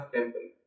Temple